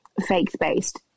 faith-based